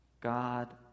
God